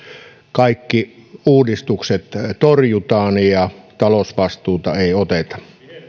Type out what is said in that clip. kaikki uudistukset torjutaan ja talousvastuuta ei oteta